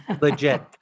Legit